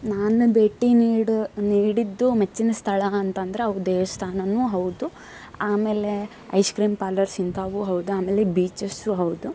ನಾನು ಭೇಟಿ ನೀಡಿ ನೀಡಿದ್ದು ಮೆಚ್ಚಿನ ಸ್ಥಳ ಅಂತಂದ್ರೆ ಅವು ದೇವಸ್ಥಾನವೂ ಹೌದು ಆಮೇಲೆ ಐಸ್ ಕ್ರೀಮ್ ಪಾರ್ಲರ್ಸ್ ಇಂಥವೂ ಹೌದು ಆಮೇಲೆ ಬೀಚಸ್ಸು ಹೌದು